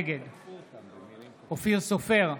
נגד אופיר סופר,